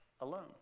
alone